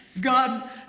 God